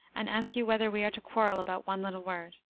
and ask you whether we are to quarrel about one little word.